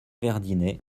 verdinet